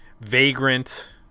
Vagrant